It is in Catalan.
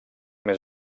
més